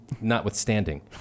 notwithstanding